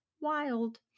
Wild